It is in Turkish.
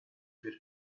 bir